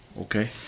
okay